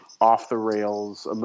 off-the-rails